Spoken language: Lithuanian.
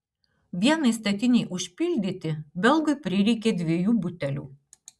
vienai statinei užpildyti belgui prireikė dviejų butelių